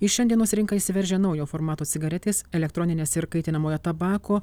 į šiandienos rinką įsiveržė naujo formato cigaretės elektroninės ir kaitinamojo tabako